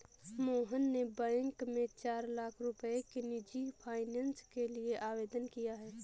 मोहन ने बैंक में चार लाख रुपए की निजी फ़ाइनेंस के लिए आवेदन किया है